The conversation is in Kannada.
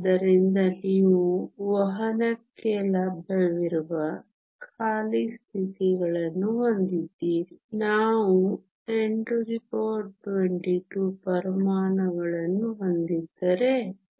ಆದ್ದರಿಂದ ನೀವು ವಹನಕ್ಕೆ ಲಭ್ಯವಿರುವ ಖಾಲಿ ಸ್ಥಿತಿಗಳನ್ನು ಹೊಂದಿದ್ದೀರಿ ನಾವು 1022 ಪರಮಾಣುಗಳನ್ನು ಹೊಂದಿದ್ದರೆ